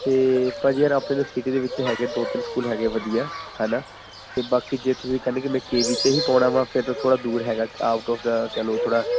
ਅਤੇ ਭਾਅ ਜੀ ਯਾਰ ਆਪਣੇ ਤਾਂ ਸਿਟੀ ਦੇ ਵਿੱਚ ਹੈਗੇ ਦੋ ਤਿੰਨ ਸਕੂਲ ਹੈਗੇ ਵਧੀਆ ਹੈ ਨਾ ਅਤੇ ਬਾਕੀ ਜੇ ਤੁਸੀਂ ਕਹਿੰਦੇ ਕਿ ਮੈਂ ਕੇ ਵੀ 'ਚ ਹੀ ਪਾਉਣਾ ਵਾ ਫਿਰ ਤਾਂ ਥੋੜ੍ਹਾ ਦੂਰ ਹੈਗਾ ਕ ਆਊਟ ਓਫ ਦਾ ਕਹਿ ਲਓ ਥੋੜ੍ਹਾ